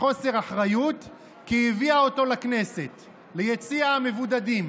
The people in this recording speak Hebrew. "בחוסר אחריות כי הביאה אותו לכנסת ליציע המבודדים